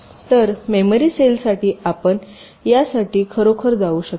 तर मेमरी सेलसाठी आपण यासाठी खरोखर जाऊ शकता